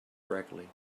correctly